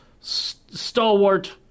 Stalwart